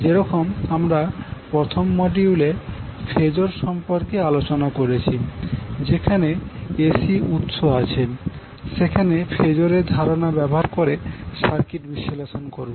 যেরকম আমরা প্রথম মডিউলে ফেজর সম্পর্কে আলোচনা করেছি যেখানে এসি উৎস আছে সেখানে ফেজর এর ধারণা ব্যবহার করে সার্কিট বিশ্লেষণ করবো